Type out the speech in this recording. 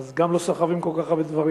ואז גם לא סוחבים כל כך הרבה דברים.